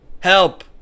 Help